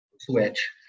switch